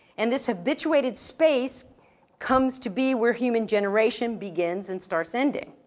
and this habituated space comes to be where human generation begins and starts ending.